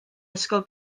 ysgol